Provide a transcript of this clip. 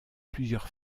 plusieurs